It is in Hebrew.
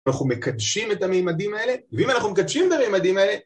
אנחנו מקדשים את המימדים האלה, ואם אנחנו מקדשים את המימדים האלה...